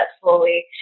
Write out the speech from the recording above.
slowly